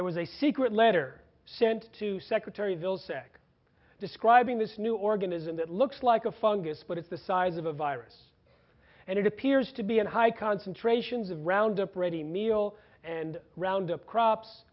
there was a secret letter sent to secretary vilsack describing this new organism that looks like a fungus but it's the size of a virus and it appears to be and high concentrations of roundup ready meal and roundup crops